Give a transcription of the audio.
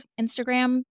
Instagram